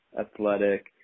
athletic